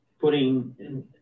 putting